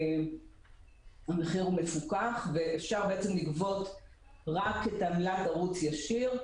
המחיר הוא מפוקח ואפשר לגבות רק את עמלת הערוץ הישיר,